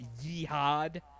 yihad